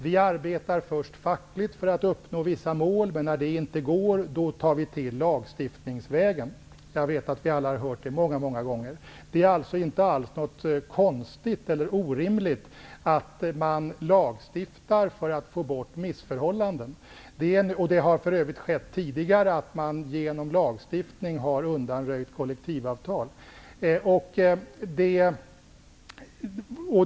Vi arbetar först fackligt för att uppnå vissa mål, men när det inte går tar vi till lagstiftningsvägen. Det är alltså inte alls något konstigt eller orimligt att man lagstiftar för att få bort missförhållanden, och det har för övrigt skett tidigare att man genom lagstiftning har undanröjt kollektivavtal.